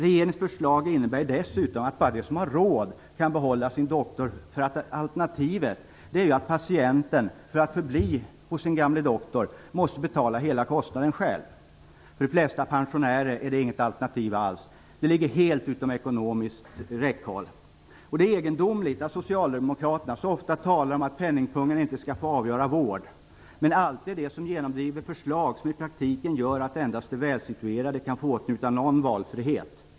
Dessutom innebär regeringens förslag att bara de som har råd kan behålla sin doktor. Alternativet är att patienten, för att få förbli hos sin gamle doktor, måste betala hela kostnaden själv. För de flesta pensionärer är det inget alternativ alls; det ligger helt utom ekonomiskt räckhåll. Det är egendomligt att Socialdemokraterna, som ofta talar om att penningpungen inte skall få avgöra vård, alltid är de som genomdriver förslag som i praktiken gör att endast de välsituerade kan åtnjuta valfrihet.